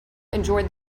enjoy